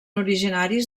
originaris